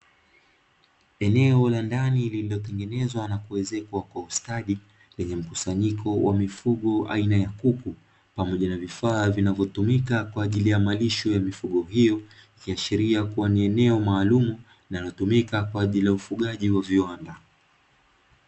Eneo la ndani lililotengenezwa na kuezekwa kwa ustadi lenye mkusanyiko wa mifugo aina ya kuku pamoja na vifaa vinavyotumika kwa ajili ya malisho ya mifugo hiyo. Ikiashiria kuwa ni eneo maalumu linalotumika kwa ajili ya ufugaji wa viwanda.